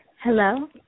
hello